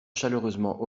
chaleureusement